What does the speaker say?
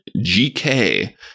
GK